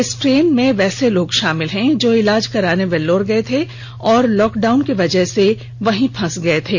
इस ट्रेन में वैसे लोग शामिल हैं जो इलाज कराने वेल्लौर गये थे और लॉकडाउन की वजह से वहीं फंस गये थे